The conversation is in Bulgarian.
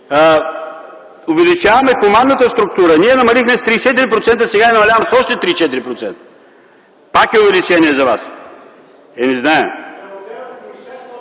Увеличаваме командната структура!? Ние я намалихме с 34%, сега я намаляваме с още 34%. Пак е увеличение за вас. Е, не